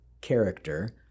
character